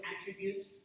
attributes